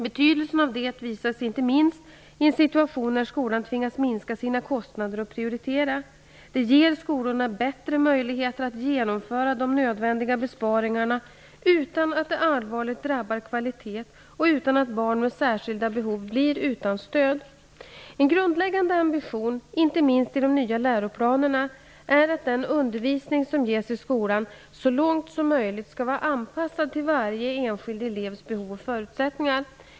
Betydelsen av detta visas inte minst i en situation då skolan tvingas minska sina kostnader och prioritera. Det ger skolorna bättre möjligheter att genomföra de nödvändiga besparingarna, utan att det allvarligt drabbar kvaliteten och utan att barn med särskilda behov blir utan stöd. En grundläggande ambition, inte minst i de nya läroplanerna, är att den undervisning som ges i skolan så långt som möjligt skall vara anpassad till varje enskild elevs behov och förutsättningar.